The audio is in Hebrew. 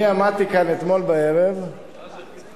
אני עמדתי כאן אתמול בערב, שלוש שעות וחצי?